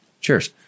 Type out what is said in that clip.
Cheers